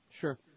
Sure